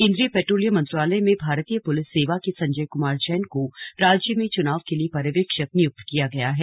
केंद्रीय पेट्रोलियम मंत्रालय में भारतीय पुलिस सेवा के संजय कुमार जैन को राज्य में चुनाव के लिए पर्यवेक्षक नियुक्त किया गया है